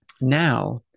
Now